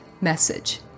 message